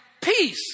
peace